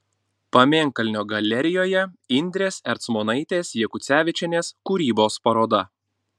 pamėnkalnio galerijoje indrės ercmonaitės jakucevičienės kūrybos paroda